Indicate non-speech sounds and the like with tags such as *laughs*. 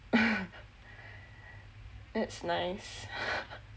*laughs* that's nice